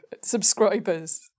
subscribers